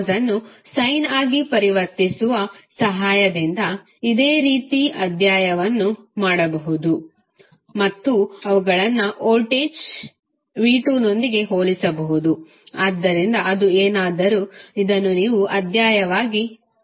ಕಾಸ್ ಅನ್ನು ಸಯ್ನ್ ಆಗಿ ಪರಿವರ್ತಿಸುವ ಸಹಾಯದಿಂದ ಇದೇ ರೀತಿಯ ಅದ್ಯಯಾವನ್ನು ಮಾಡಬಹುದು ಮತ್ತು ಅವುಗಳನ್ನು ವೋಲ್ಟೇಜ್ v2 ನೊಂದಿಗೆ ಹೋಲಿಸಬಹುದು ಆದ್ದರಿಂದ ಅದು ಏನಾದರೂ ಇದನ್ನು ನೀವು ಅದ್ಯಯಾವಾಗಿ ಮಾಡಬಹುದು